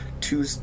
Two